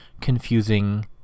confusing